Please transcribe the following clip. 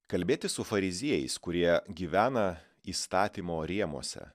kalbėtis su fariziejais kurie gyvena įstatymo rėmuose